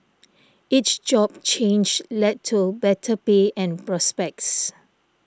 each job change led to better pay and prospects